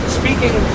speaking